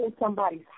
somebody's